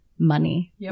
Money